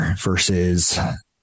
versus